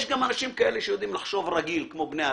יש גם אנשים כאלה שיודעים לחשוב רגיל כמו בני אדם,